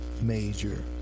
major